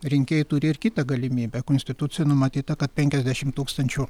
rinkėjai turi ir kitą galimybę konstitucijoj numatyta kad penkiasdešimt tūkstančių